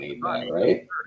right